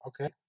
Okay